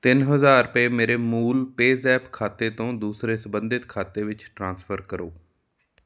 ਤਿੰਨ ਹਜ਼ਾਰ ਰੁਪਏ ਮੇਰੇ ਮੂਲ ਪੇਅ ਜ਼ੈਪ ਖਾਤੇ ਤੋਂ ਦੂਸਰੇ ਸੰਬੰਧਿਤ ਖਾਤੇ ਵਿੱਚ ਟ੍ਰਾਂਸਫਰ ਕਰੋ